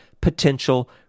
potential